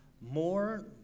more